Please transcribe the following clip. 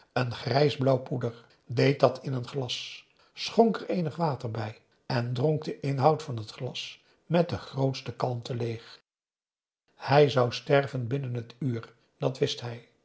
een grijsblauw poeder deed dat in een glas schonk er eenig water bij en dronk den inhoud van het glas met de grootste kalmte leeg hij zou sterven binnen het uur dat wist hij